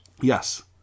Yes